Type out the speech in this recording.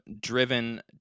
driven